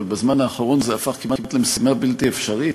אבל בזמן האחרון זה הפך כמעט למשימה בלתי אפשרית,